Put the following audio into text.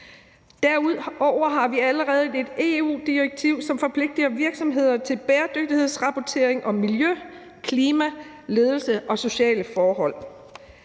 Derudover har vi allerede et EU-direktiv, som forpligtiger virksomheder til bæredygtighedsrapportering om miljø, klima, ledelse og sociale forhold.